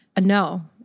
no